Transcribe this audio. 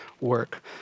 Work